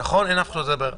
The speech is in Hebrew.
זה דבר ראשון.